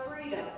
freedom